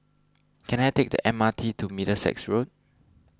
can I take the M R T to Middlesex Road